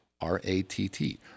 R-A-T-T